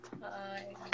hi